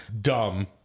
dumb